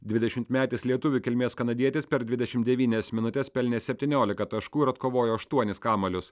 dvidešimtmetis lietuvių kilmės kanadietis per dvidešim devynias minutes pelnė septyniolika taškų ir atkovojo ašuonis kamuolius